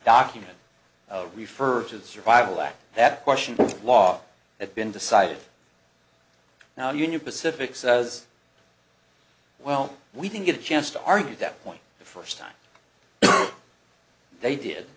document refer to the survival act that question law had been decided now union pacific says well we didn't get a chance to argue that point the first time they did